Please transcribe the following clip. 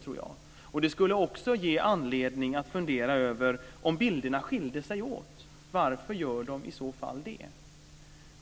Om bilderna skiljer sig åt skulle det också ge anledning att fundera över varför de gör det.